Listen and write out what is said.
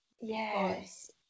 yes